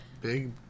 big